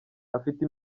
afite